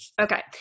Okay